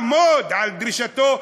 כדי לעמוד בדרישתו,